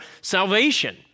salvation